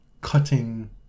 cutting